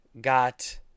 got